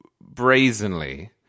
brazenly